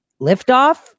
liftoff